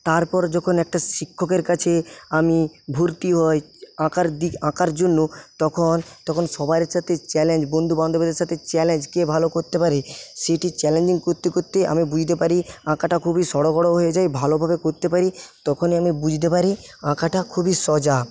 তারপর যখন একটা শিক্ষকের কাছে আমি ভর্তি হই আঁকার দিক আঁকার জন্য তখন তখন সবাইয়ের সাথে চ্যালেঞ্জ বন্ধুবান্ধবের সাথে চ্যালেঞ্জ কে ভালো করতে পারে সেইটি চ্যালেঞ্জিং করতে করতেই আমি বুঝতে পারি আঁকাটি খুবই সড়গড় হয়েছে ভালো করে করতে পারি তখনই আমি বুঝতে পারি আঁকাটা খুবই সোজা